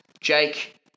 Jake